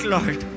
Lord